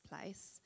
place